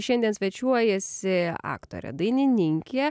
šiandien svečiuojasi aktorė dainininkė